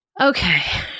Okay